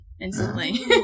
instantly